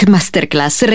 Masterclass